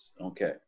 okay